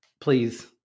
Please